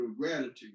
gratitude